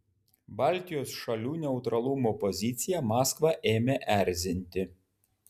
baltijos šalių neutralumo pozicija maskvą ėmė erzinti